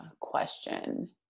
question